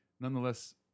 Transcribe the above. Nonetheless